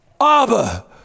Abba